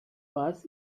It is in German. was